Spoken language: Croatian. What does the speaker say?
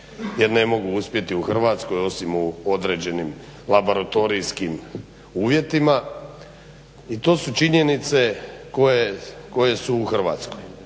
jer ne mogu uspjeti u Hrvatskoj osim u određenim laboratorijskim uvjetima i to su činjenice koje su u Hrvatskoj.